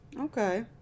Okay